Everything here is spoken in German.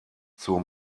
zur